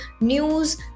news